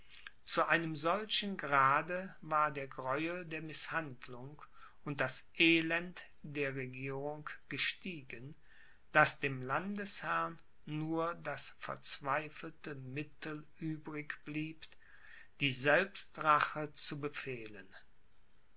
zu einem solchen grade war der gräuel der mißhandlung und das elend der regierung gestiegen daß dem landesherrn nur das verzweifelte mittel übrig blieb die selbstrache zu befehlen